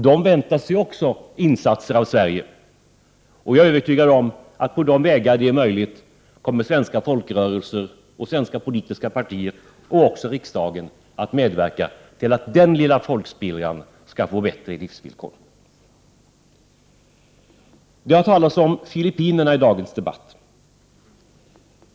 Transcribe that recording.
Det väntar sig också insatser av Sverige och jag är övertygad om att på de vägar det är möjligt kommer svenska folkrörelser, svenska politiska partier och också riksdagen att medverka till att den lilla folkspillran skall få bättre livsvillkor. Det har talats om Filippinerna i dagens debatt.